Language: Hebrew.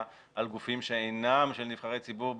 על גופים שאינם של נבחרי ציבור בחלקם,